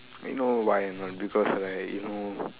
you know why or not because right you know